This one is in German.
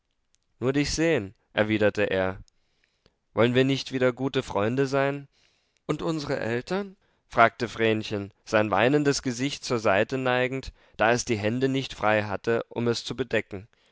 nur dich sehen erwiderte er wollen wir nicht wieder gute freunde sein und unsere eltern fragte vrenchen sein weinendes gesicht zur seite neigend da es die hände nicht frei hatte um es zu bedecken